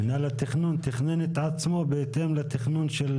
מנהל התכנון תכנן את עצמו בהתאם לתכנון של